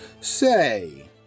Say